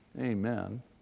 amen